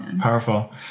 Powerful